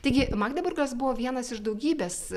taigi magdeburgas buvo vienas iš daugybės